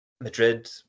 Madrid